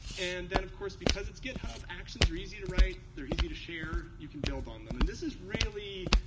and then, of course, because it's github, actions are easy to write. they're easy to share. you can build on them. and this is really,